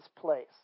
place